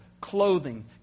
clothing